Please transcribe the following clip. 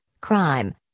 crime